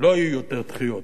לא יהיו יותר דחיות,